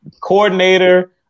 coordinator